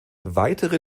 weitere